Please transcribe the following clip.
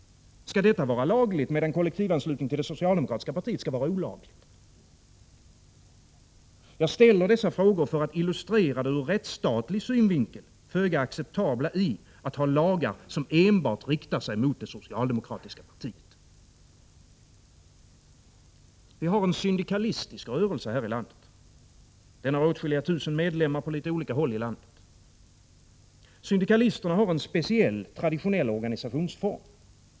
Skall detta vara lagligt, medan kollektivanslutning till det socialdemokratiska partiet skall vara olagligt? Jag ställer dessa frågor för att illustrera det ur rättsstatlig synvinkel föga acceptabla i att ha lagar som enbart riktar sig mot det socialdemokratiska partiet. Vi har en syndikalistisk rörelse här i landet. Den har åtskilliga tusen medlemmar på litet olika håll i landet. Syndikalisterna har en speciell, traditionell organisationsform.